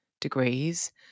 degrees